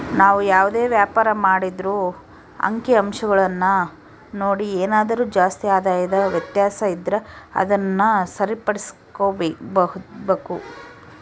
ನಾವು ಯಾವುದೇ ವ್ಯಾಪಾರ ಮಾಡಿದ್ರೂ ಅಂಕಿಅಂಶಗುಳ್ನ ನೋಡಿ ಏನಾದರು ಜಾಸ್ತಿ ಆದಾಯದ ವ್ಯತ್ಯಾಸ ಇದ್ರ ಅದುನ್ನ ಸರಿಪಡಿಸ್ಕೆಂಬಕು